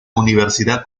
universidad